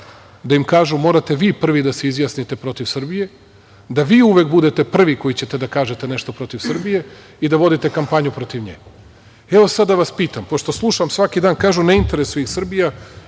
da im kažu - morate vi prvi da se izjasnite protiv Srbije, da vi uvek budete prvi koji ćete da kažete nešto protiv Srbije i da vodite kampanju protiv nje. Evo, sada da vas pitam, pošto slušam svaki dan, kažu - ne interesuje ih Srbija